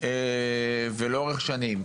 לאורך שנים,